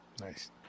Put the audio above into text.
nice